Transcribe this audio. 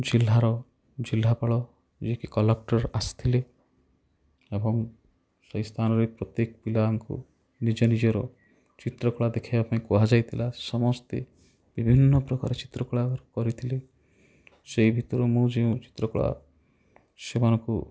ଜିଲ୍ଲାର ଜିଲ୍ଲାପାଳ ଯିଏ କି କଲେକ୍ଟର୍ ଆସିଥିଲେ ଏବଂ ସେହି ସ୍ଥାନରେ ପ୍ରତ୍ୟେକ ପିଲାଙ୍କୁ ନିଜ ନିଜର ଚିତ୍ରକଳା ଦେଖାଇବା ପାଇଁ କୁହାଯାଇଥିଲା ସମସ୍ତେ ବିଭିନ୍ନ ପ୍ରକାର ଚିତ୍ରକଳା କରିଥିଲେ ସେଇ ଭିତରୁ ମୁଁ ଯେଉଁ ଚିତ୍ରକଳା ସେମାନଙ୍କୁ